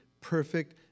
perfect